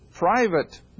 private